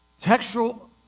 textual